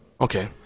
Okay